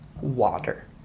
water